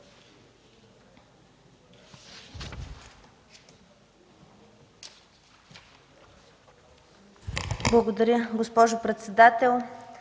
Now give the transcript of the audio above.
Благодаря, госпожо председател.